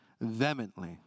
vehemently